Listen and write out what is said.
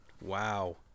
Wow